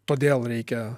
todėl reikia